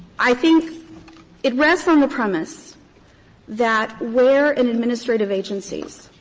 i think it rests on the premise that where an administrative agency's